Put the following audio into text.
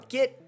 Get